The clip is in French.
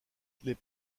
les